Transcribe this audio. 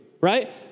right